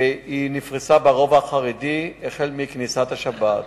והיא נפרסה ברובע החרדי מכניסת השבת.